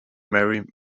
merry